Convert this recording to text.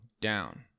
down